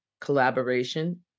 collaboration